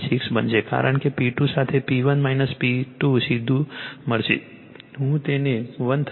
6 બનશે કારણ કે P2 સાથે P2 P1 સીધું મળશે હું તેને 1497